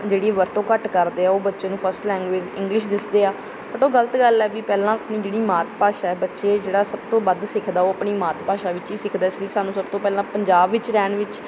ਜਿਹੜੀ ਵਰਤੋਂ ਘੱਟ ਕਰਦੇ ਆ ਉਹ ਬੱਚੇ ਨੂੰ ਫਸਟ ਲੈਂਗੁਏਜ ਇੰਗਲਿਸ਼ ਦੱਸਦੇ ਆ ਬਟ ਉਹ ਗਲਤ ਗੱਲ ਹੈ ਵੀ ਪਹਿਲਾਂ ਆਪਣੀ ਜਿਹੜੀ ਮਾਤ ਭਾਸ਼ਾ ਬੱਚੇ ਜਿਹੜਾ ਸਭ ਤੋਂ ਵੱਧ ਸਿੱਖਦਾ ਉਹ ਆਪਣੀ ਮਾਤ ਭਾਸ਼ਾ ਵਿੱਚ ਹੀ ਸਿੱਖਦਾ ਇਸ ਲਈ ਸਾਨੂੰ ਸਭ ਤੋਂ ਪਹਿਲਾਂ ਪੰਜਾਬ ਵਿੱਚ ਰਹਿਣ ਵਿੱਚ